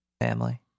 family